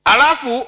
Alafu